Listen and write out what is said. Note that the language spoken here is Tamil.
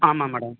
ஆமாம் மேடம்